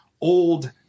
old